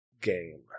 game